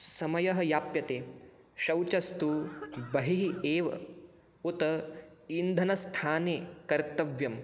समयः याप्यते शौचस्तु बहिः एव उत इन्धनस्थाने कर्तव्यम्